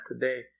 today